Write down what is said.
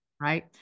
Right